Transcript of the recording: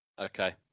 Okay